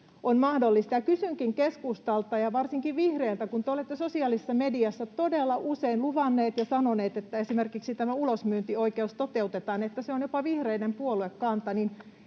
on mahdollista. Kysynkin keskustalta ja varsinkin vihreiltä, kun te olette sosiaalisessa mediassa todella usein luvanneet ja sanoneet, että esimerkiksi tämä ulosmyyntioikeus toteutetaan, ja sanoneet, että se on jopa vihreiden puoluekanta,